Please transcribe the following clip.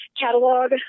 catalog